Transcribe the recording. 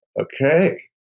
okay